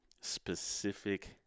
specific